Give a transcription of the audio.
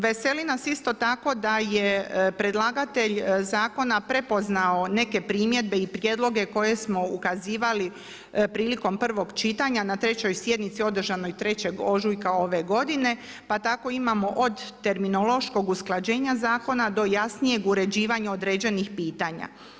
Veseli nas isto tako da je predlagatelj zakona prepoznao neke primjedbe i prijedloge koje smo ukazivali prilikom prvog čitanja na trećoj sjednici održanoj 3. ožujka ove godine, pa tako imamo od terminološkog usklađenja zakona do jasnijeg uređivanja određenih pitanja.